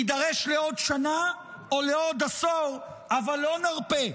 נידרש לעוד שנה או לעוד עשור, אבל לא נרפה.